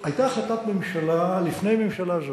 היתה החלטת ממשלה לפני ממשלה זו.